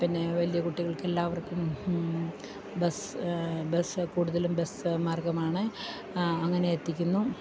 പിന്നെ വലിയ കുട്ടികൾക്കെല്ലാവർക്കും ബസ് ബസ്സ് കൂടുതലും ബസ്സ് മാർഗ്ഗമാണ് അങ്ങനെ എത്തിക്കുന്നു